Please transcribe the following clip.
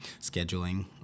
scheduling